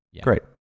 Great